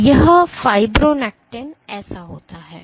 तो यह फाइब्रोनेक्टिन ऐसा होता है